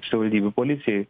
savaldybių policijai